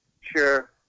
Sure